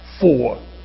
four